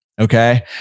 Okay